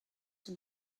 does